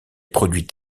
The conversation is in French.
produit